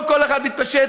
לא כל אחד יתפשט.